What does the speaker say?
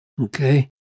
okay